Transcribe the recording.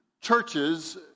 churches